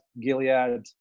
Gilead